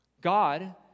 God